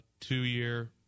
two-year